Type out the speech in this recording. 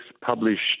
published